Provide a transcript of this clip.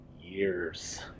years